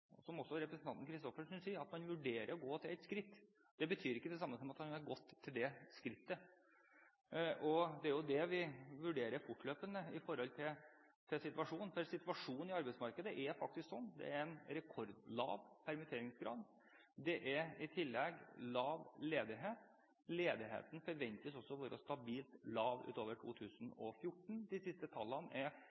gå til et skritt, men det betyr ikke det samme som at man har gått til det skrittet. Det er jo det vi vurderer fortløpende i situasjonen. Situasjonen i arbeidsmarkedet er faktisk sånn at det er en rekordlav permitteringsgrad. Det er i tillegg lav ledighet. Ledigheten forventes også å være stabilt lav utover 2014. De siste tallene